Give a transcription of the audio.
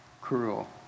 cruel